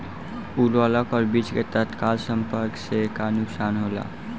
उर्वरक और बीज के तत्काल संपर्क से का नुकसान होला?